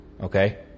Okay